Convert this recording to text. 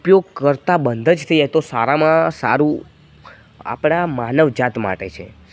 ઉપયોગ કરતાં બંધ જ થઈ જાય તો સારામાં સારું આપણા માનવજાત માટે છે